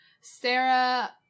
Sarah